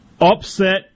Upset